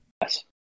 Yes